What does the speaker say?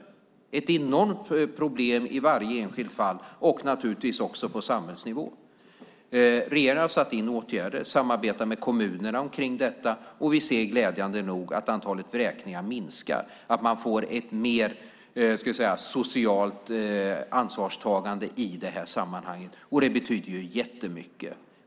Det är ett enormt problem i varje enskilt fall och naturligtvis också på samhällsnivå. Regeringen har satt in åtgärder. Vi samarbetar med kommunerna om detta, och vi ser glädjande nog att antalet vräkningar minskar. Man får ett större socialt ansvarstagande i de här sammanhangen. Det betyder mycket.